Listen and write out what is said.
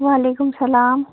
وعلیکُم سلام